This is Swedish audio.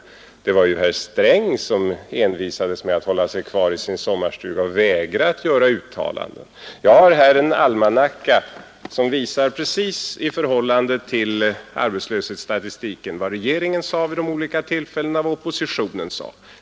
Men det var ju herr Sträng som envisades med att hålla sig kvar i sin sommarstuga och vägrade att göra uttalanden. Jag har här en almanacka som beträffande arbetslöshetsstatistiken precis visar vad regeringen och vad oppostionen sade vid de olika tillfällena.